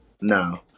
no